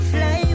Fly